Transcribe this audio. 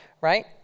right